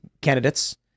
candidates